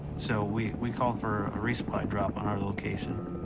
so we, we called for a resupply drop on our location.